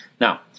Now